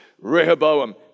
Rehoboam